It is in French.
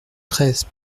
treize